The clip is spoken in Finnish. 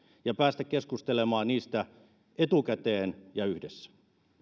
ja päästä keskustelemaan niistä etukäteen ja yhdessä